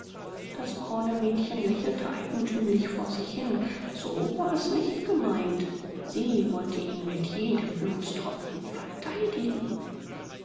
das braune mädchen lächelte eigentümlich vor sich hin so war es nicht gemeint sie wollte ihn mit jedem blutstropfen verteidigen